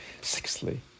Sixthly